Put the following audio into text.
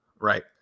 right